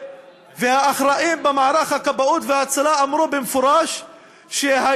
והאחראים במערך הכבאות וההצלה אמרו במפורש שגם